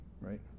right